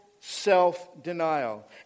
Self-denial